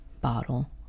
bottle